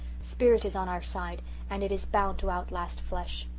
spirit is on our side and it is bound to outlast flesh.